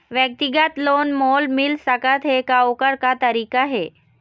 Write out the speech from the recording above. व्यक्तिगत लोन मोल मिल सकत हे का, ओकर का तरीका हे?